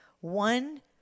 One